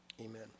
Amen